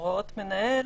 הוראות מנהל,